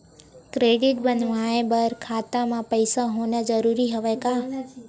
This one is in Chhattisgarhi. क्रेडिट बनवाय बर खाता म पईसा होना जरूरी हवय का?